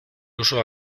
uso